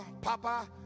Papa